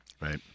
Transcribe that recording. Right